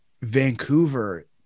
Vancouver